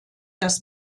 das